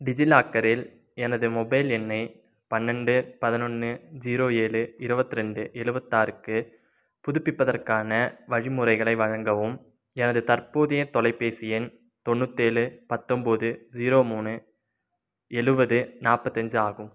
டிஜிலாக்கரில் எனது மொபைல் எண்ணை பன்னெரெண்டு பதினொன்று ஜீரோ ஏழு இருபத்திரெண்டு எழுவத்தாறுக்கு புதுப்பிப்பதற்கான வழிமுறைகளை வழங்கவும் எனது தற்போதைய தொலைபேசி எண் தொண்ணூத்தேழு பத்தொன்போது ஜீரோ மூணு எழுவது நாற்பத்தஞ்சி ஆகும்